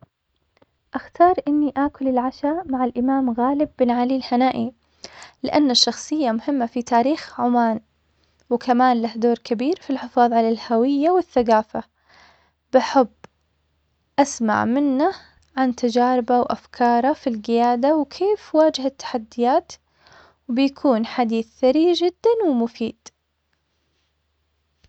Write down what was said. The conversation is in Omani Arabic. أختار إني آكل العشا مع الإمام غالب بن علي الهنائي, لأنه شخصية مهمة في تاريخ عمان, وكمان له دور كبير في الحفاظ على الهوية والثقافة, بحب أسمع منه عن تجاريه وأفكاره في القيادة, وكيف واجه التحديات, وبيكون حديث ثري جدا ومفيد.